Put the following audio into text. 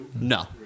No